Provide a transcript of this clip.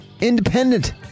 independent